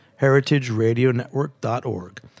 heritageradionetwork.org